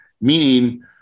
Meaning